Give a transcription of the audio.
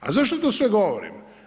A zašto to sve govorim?